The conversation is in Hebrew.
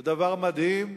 זה דבר מדהים,